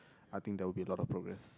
I think there will be a lot of progress